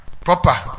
Proper